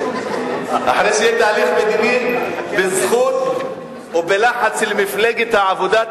אחרי שיהיה תהליך מדיני בזכות ובלחץ מפלגת העבודה,